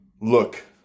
Look